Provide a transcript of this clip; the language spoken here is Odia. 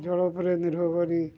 ଜଳ ଉପରେ ନିର୍ଭର କରି